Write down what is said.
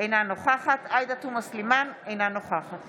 אינה נוכחת עאידה תומא סלימאן, אינה נוכחת